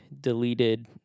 deleted